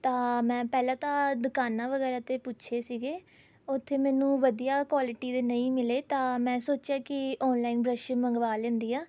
ਤਾਂ ਮੈਂ ਪਹਿਲਾਂ ਤਾਂ ਦੁਕਾਨਾਂ ਵਗੈਰਾ 'ਤੇ ਪੁੱਛੇ ਸੀਗੇ ਉੱਥੇ ਮੈਨੂੰ ਵਧੀਆ ਕੁਆਲਿਟੀ ਦੇ ਨਹੀਂ ਮਿਲੇ ਤਾਂ ਮੈਂ ਸੋਚਿਆ ਕਿ ਔਨਲਾਈਨ ਬਰੱਸ਼ ਮੰਗਵਾ ਲੈਂਦੀ ਹਾਂ